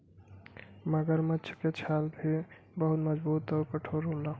मगरमच्छ के छाल भी बहुते मजबूत आउर कठोर होला